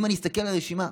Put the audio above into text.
אני מסתכל על הרשימה,